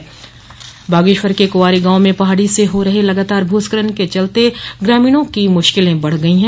भस्खलन बागेश्वर के कवारी गांव में पहाड़ी से हो लगातार भूस्खलन के चलते ग्रामीणों की मुश्किलें बढ़ गई हैं